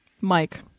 Mike